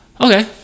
Okay